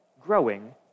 growing